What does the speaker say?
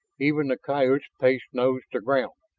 even the coyotes paced nose to ground,